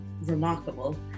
remarkable